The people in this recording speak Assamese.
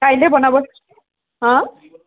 কাইলৈ বনাব হা